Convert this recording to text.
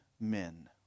men